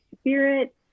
spirit